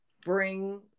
bring